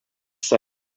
said